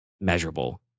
measurable